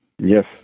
Yes